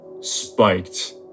spiked